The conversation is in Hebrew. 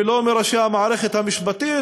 ולא מראשי המערכת המשפטית,